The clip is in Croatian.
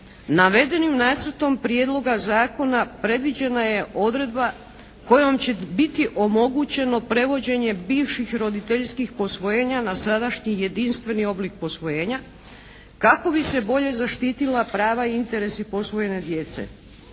navedenim Nacrtom prijedloga zakona predviđena je odredba kojom će biti omogućeno prevođenje bivših roditeljskih posvojenja na sadašnji jedinstveni oblik posvojenja kako bi se bolje zaštitila prava i interesi posvojenje djece.